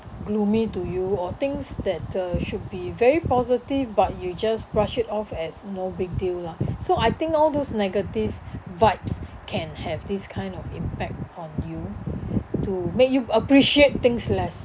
gloomy to you or things that uh should be very positive but you just brush it off as no big deal lah so I think all those negative vibes can have this kind of impact on you to make you appreciate things less